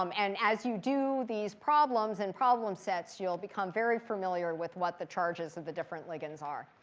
um and as you do these problems, and problem sets, you'll become very familiar with what the charges of the different ligands are.